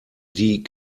die